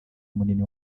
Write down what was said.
munini